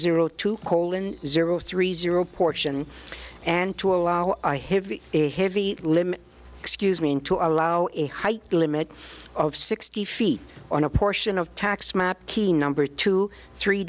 zero two colon zero three zero portion and to allow a heavy heavy limb excuse me in to allow a height limit of sixty feet on a portion of tax map key number two three